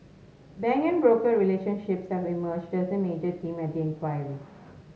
bank and broker relationships have emerged as a major theme at the inquiry